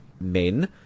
men